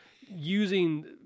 using